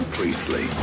Priestley